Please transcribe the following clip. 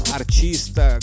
artista